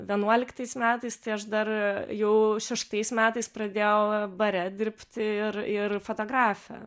vienuoliktais metais tai aš dar jau šeštais metais pradėjau bare dirbti ir ir fotografe